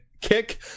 Kick